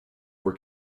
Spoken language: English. were